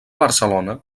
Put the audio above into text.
barcelona